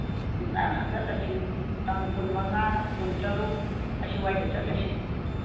ꯑ ꯆꯠꯂꯁꯤ ꯇꯥꯡ ꯀꯨꯟꯃꯉꯥ ꯀꯨꯟ ꯇꯔꯨꯛ ꯑꯁꯤꯋꯥꯏꯗ ꯆꯠꯂꯁꯤ